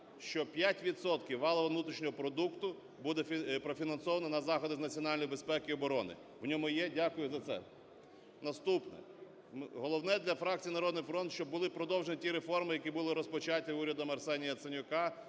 валового внутрішнього продукту буде профінансовано на заходи з національної безпеки і оброни, в ньому є. Дякуємо за це. Наступне. Головне для фракції "Народний фронт", щоб були продовжені ті реформи, які були розпочаті урядом Арсенія Яценюка.